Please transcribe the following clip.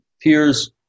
peers